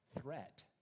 threat